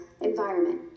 Environment